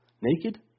Naked